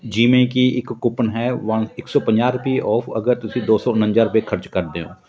ਜਿਵੇਂ ਕਿ ਇੱਕ ਕੂਪਨ ਹੈ ਵਨ ਇੱਕ ਸੌ ਪੰਜਾਹ ਰੁਪਏ ਔਫ ਅਗਰ ਤੁਸੀਂ ਦੋ ਸੌ ਉਨੰਜਾ ਰੁਪਏ ਖਰਚ ਕਰਦੇ ਹੋ